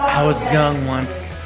i was young once.